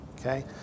okay